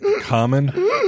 common